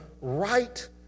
right